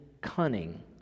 cunning